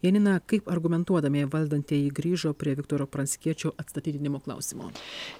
janina kai argumentuodami valdantieji grįžo prie viktoro pranckiečio atstatydinimo klausimo